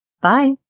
Bye